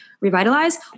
revitalize